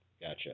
Gotcha